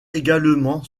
également